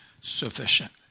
sufficient